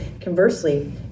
conversely